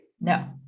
No